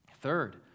Third